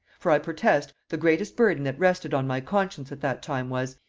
for i protest, the greatest burden that rested on my conscience at that time was,